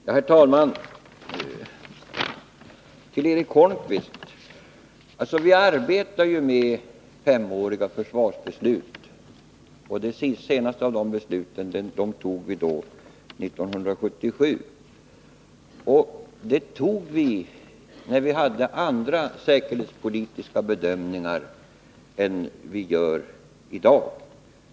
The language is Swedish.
Herr talman! Till Eric Holmqvist: Vi arbetar med femåriga försvarsbeslut. Det senaste beslutet fattade vi 1977, och vi gjorde det på grundval av andra säkerhetspolitiska bedömningar än dem vi gör i dag.